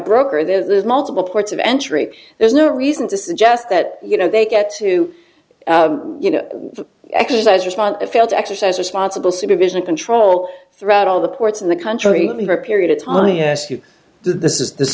broker there's multiple ports of entry there's no reason to suggest that you know they get to you know exercise respond to fail to exercise responsible supervision and control throughout all the ports in the country for a period of time yes you did this is this